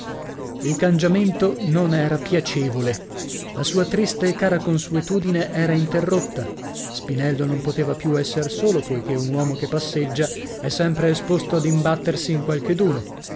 il cangiamento non era piacevole la sua triste e cara consuetudine era interrotta spinello non poteva più esser solo poichè un uomo che passeggia è sempre esposto ad imbattersi in qualcheduno